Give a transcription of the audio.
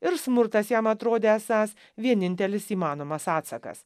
ir smurtas jam atrodė esąs vienintelis įmanomas atsakas